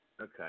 Okay